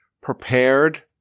prepared